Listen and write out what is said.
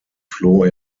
floh